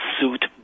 suit